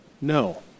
No